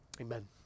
Amen